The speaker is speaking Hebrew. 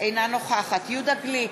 אינה נוכחת יהודה גליק,